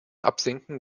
absenken